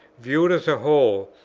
viewed as a whole,